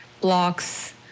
blocks